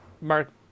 Mark